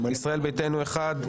ישראל ביתנו אחד,